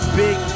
big